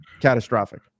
catastrophic